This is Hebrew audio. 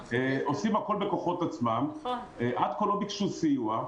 עושים הכול בכוחות עצמם, עד כה לא ביקשו סיוע,